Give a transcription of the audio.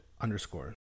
underscore